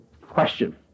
question